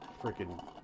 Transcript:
freaking